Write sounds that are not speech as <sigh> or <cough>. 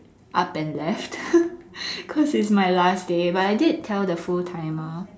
up and left <laughs> cause it's my last day I did tell the full timer